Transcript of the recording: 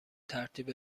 ترتیب